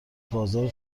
بازار